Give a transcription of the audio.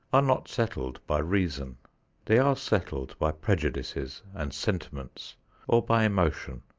are not settled by reason they are settled by prejudices and sentiments or by emotion.